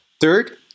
Third